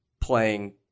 playing